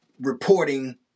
reporting